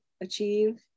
achieve